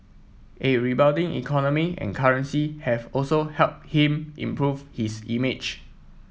a rebounding economy and currency have also helped him improve his image